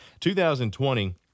2020